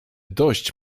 dość